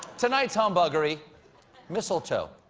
tonight's humbuggery mistletoe.